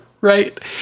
Right